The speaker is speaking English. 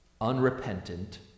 unrepentant